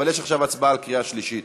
אבל יש עכשיו הצבעה בקריאה שלישית.